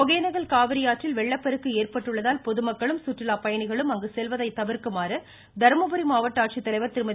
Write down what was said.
ஒகேனக்கல் காவிரியாற்றில் வெள்ளப்பெருக்கு ஏற்பட்டுள்ளதால் பொதுமக்களும் சுற்றுலா பயணிகளும் அங்கு செல்வதை தவிர்க்குமாறு தர்மபுரி மாவட்ட ஆட்சித்தலைவர் திருமதி